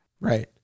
Right